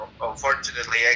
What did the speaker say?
unfortunately